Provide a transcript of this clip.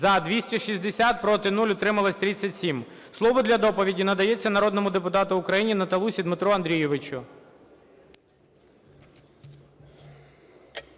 За – 260, проти – 0, утримались – 37. Слово для доповіді надається народному депутату України Наталусі Дмитру Андрійовичу.